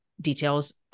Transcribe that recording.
details